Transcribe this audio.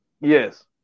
Yes